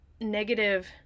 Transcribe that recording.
negative